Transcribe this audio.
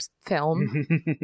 film